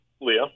Leah